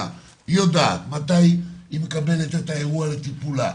יודעת מתי היא מקבלת את האירוע לטיפולה.